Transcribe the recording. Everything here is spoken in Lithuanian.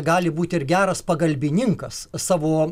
gali būti ir geras pagalbininkas savo